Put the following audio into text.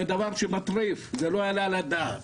זה דבר מטריף וזה לא יעלה על הדעת.